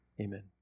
Amen